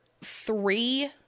three